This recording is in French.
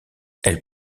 elle